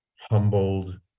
humbled